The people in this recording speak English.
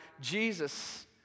Jesus